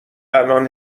الان